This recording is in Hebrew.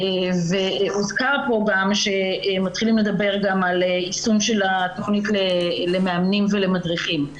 והוזכר פה גם שמתחילים לדבר גם על יישום התכנית למאמנים ולמדריכים.